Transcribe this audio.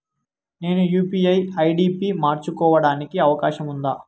నేను UPI ID పి మార్చుకోవడానికి అవకాశం ఉందా?